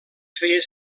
feia